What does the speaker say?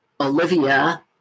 Olivia